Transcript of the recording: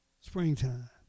Springtime